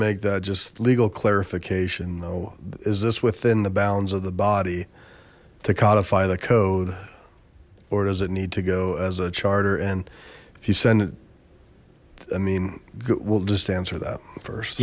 make that just legal clarification though is this within the bounds of the body to codify the code or does it need to go as a charter and if you send it i mean we'll just answer that first